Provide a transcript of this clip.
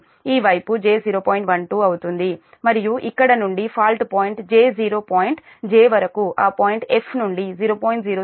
12 అవుతుంది మరియు ఇక్కడ నుండి fault point j 0 point j వరకు ఆ పాయింట్ 'F' నుండి 0